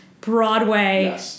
Broadway